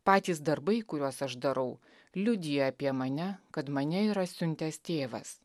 patys darbai kuriuos aš darau liudija apie mane kad mane yra siuntęs tėvas